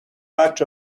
batch